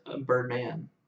Birdman